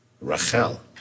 Rachel